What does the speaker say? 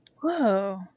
Whoa